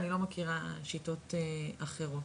אני לא מכירה שיטות אחרות.